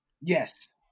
Yes